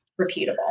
repeatable